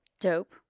Dope